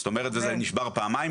זאת אומרת זה נשבר פעמיים.